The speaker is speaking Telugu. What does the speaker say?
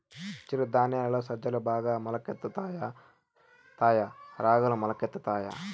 చిరు ధాన్యాలలో సజ్జలు బాగా మొలకెత్తుతాయా తాయా రాగులు మొలకెత్తుతాయా